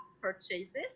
purchases